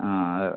ആ അത്